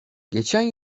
geçen